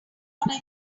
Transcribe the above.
what